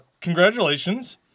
congratulations